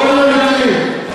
בוא נהיה אמיתיים.